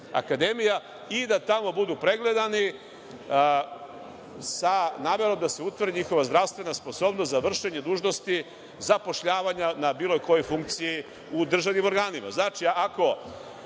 zove VMA i da tamo budu pregledani, sa namerom da se utvrdi njihova zdravstvena sposobnost za vršenje dužnosti zapošljavanja na bilo kojoj funkciji u državnim organima. Znači,